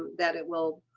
that it will